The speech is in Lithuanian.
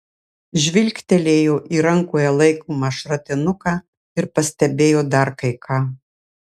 žvilgtelėjo į rankoje laikomą šratinuką ir pastebėjo dar kai ką